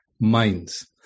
minds